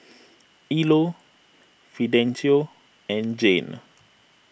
Ilo Fidencio and Jane